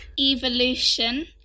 Evolution